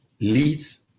leads